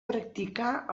practicà